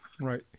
right